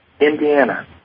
Indiana